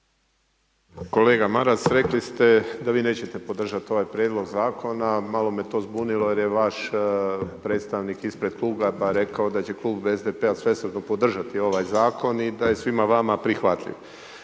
Kolega Maras, rekli ste da vi nećete podržati ovaj prijedlog zakona. Malo me to zbunilo jer je vaš predstavnik ispred Kluba pa rekao da će Klub SDP-a svesrdno podržati ovaj zakon i da je svima vama prihvatljiv.